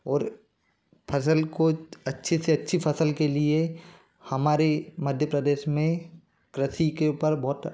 और फसल को अच्छी से अच्छी फसल के लिए हमारे मध्य प्रदेश में कृषि के ऊपर बहुत